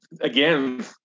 again